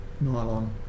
nylon